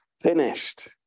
finished